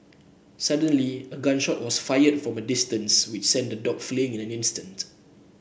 suddenly a gun shot was fired from a distance which sent the dogs fleeing in an instant